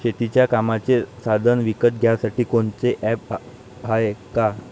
शेतीच्या कामाचे साधनं विकत घ्यासाठी कोनतं ॲप हाये का?